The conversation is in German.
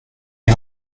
die